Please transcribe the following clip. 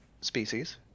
species